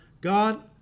God